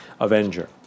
avenger